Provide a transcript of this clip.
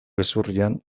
gezurrean